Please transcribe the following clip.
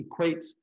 equates